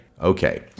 Okay